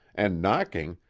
and knocking,